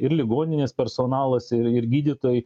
ir ligoninės personalas ir ir gydytojai